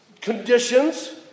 conditions